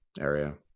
Area